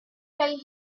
tell